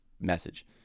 message